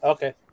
Okay